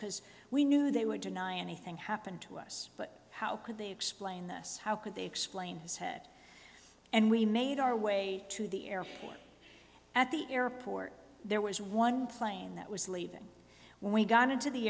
because we knew they would deny anything happened to us but how could they explain this how could they explain his head and we made our way to the airport at the airport there was one plane that was leaving when we got to the